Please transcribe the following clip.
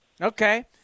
Okay